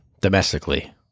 domestically